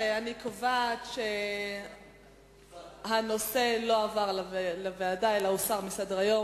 אני קובעת שהנושא לא יועבר לוועדה אלא יוסר מסדר-היום.